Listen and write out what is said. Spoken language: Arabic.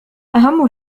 أهم